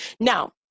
Now